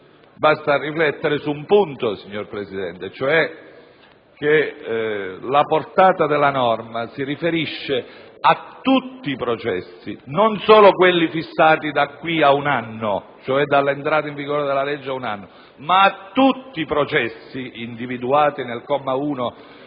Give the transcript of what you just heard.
Basta riflettere, signor Presidente, sul fatto che la portata della norma si riferisce a tutti i processi e non solo a quelli fissati da qui ad un anno, cioè dall'entrata in vigore della legge ad un anno. Essa si riferisce a tutti i processi individuati nel comma 1